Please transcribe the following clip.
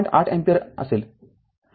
८ ampere असेल